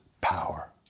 power